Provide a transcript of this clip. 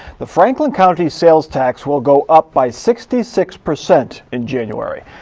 the franklin county sales tax will go up by sixty six percent in january.